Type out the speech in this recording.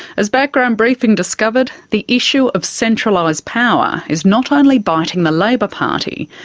as background briefing discovered, the issue of centralised power is not only biting the labor party.